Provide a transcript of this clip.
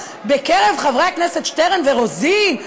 בקרב חברי הכנסת שטרן ורוזין,